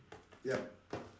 yup